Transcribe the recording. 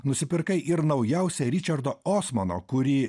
nusipirkai ir naujausią ričardo osmano kurį